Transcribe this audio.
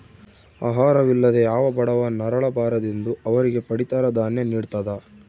ಆಹಾರ ವಿಲ್ಲದೆ ಯಾವ ಬಡವ ನರಳ ಬಾರದೆಂದು ಅವರಿಗೆ ಪಡಿತರ ದಾನ್ಯ ನಿಡ್ತದ